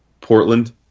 Portland